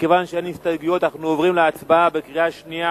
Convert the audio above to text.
מכיוון שאין הסתייגויות אנחנו עוברים להצבעה בקריאה השנייה